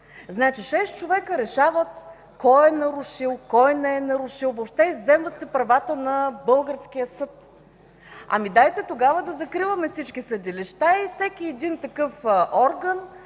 значи шест човека решават кой е нарушил, кой не е нарушил. Изземват се правата на българския съд. Ами дайте тогава да закриваме всички съдилища и всеки независим орган